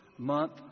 Month